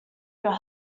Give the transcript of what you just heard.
your